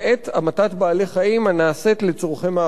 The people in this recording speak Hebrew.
המתת בעלי-חיים הנעשית לצורכי מאכל.